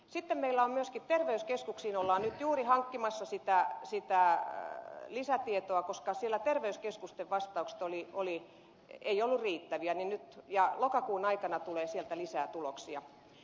sitten meillä myöskin terveyskeskuksiin ollaan nyt juuri hankkimassa sitä lisätietoa koska terveyskeskusten vastaukset eivät olleet riittäviä ja lokakuun aikana tulee sieltä lisää tuloksia